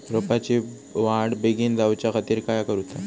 रोपाची वाढ बिगीन जाऊच्या खातीर काय करुचा?